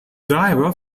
diver